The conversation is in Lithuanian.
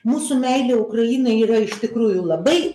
mūsų meilė ukrainai yra iš tikrųjų labai